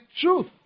truth